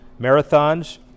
marathons